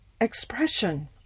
expression